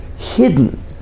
Hidden